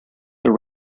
that